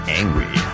angry